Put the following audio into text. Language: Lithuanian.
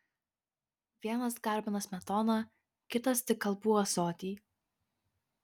vienas garbina smetoną kitas tik kalbų ąsotį